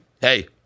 hey